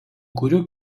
kurių